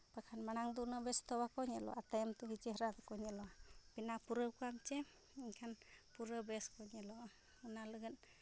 ᱚᱱᱠᱟ ᱠᱷᱟᱱ ᱢᱟᱲᱟᱝ ᱫᱚ ᱩᱱᱟᱹᱜ ᱵᱮᱥ ᱫᱚ ᱵᱟᱠᱚ ᱧᱮᱞᱚᱜᱼᱟ ᱛᱟᱭᱚᱢ ᱛᱮᱫᱚ ᱪᱮᱦᱨᱟ ᱠᱚᱠᱚ ᱧᱮᱞᱚᱜᱼᱟ ᱵᱮᱱᱟᱣ ᱯᱩᱨᱟᱹᱣ ᱠᱟᱛᱮᱫ ᱮᱱᱠᱷᱟᱱ ᱯᱩᱨᱟᱹ ᱵᱮᱥ ᱠᱚ ᱧᱮᱞᱚᱜᱼᱟ ᱚᱱᱟ ᱞᱟᱹᱜᱤᱫ